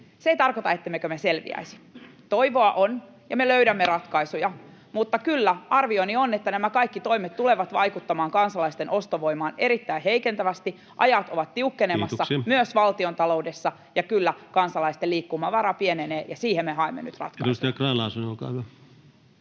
Se ei tarkoita, ettemmekö me selviäisi. Toivoa on, ja me löydämme ratkaisuja, mutta kyllä, arvioni on, että nämä kaikki toimet tulevat vaikuttamaan kansalaisten ostovoimaan erittäin heikentävästi, [Puhemies: Kiitoksia!] että ajat ovat tiukkenemassa myös valtiontaloudessa ja että kyllä, kansalaisten liikkumavara pienenee, ja siihen me haemme nyt ratkaisuja.